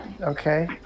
Okay